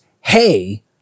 Hey